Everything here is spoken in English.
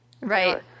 Right